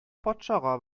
патшага